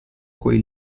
coi